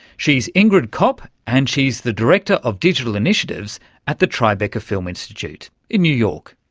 she's ingrid kopp and she's the director of digital initiatives at the tribeca film institute in new york.